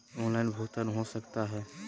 Online भुगतान हो सकता है?